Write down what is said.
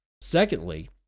Secondly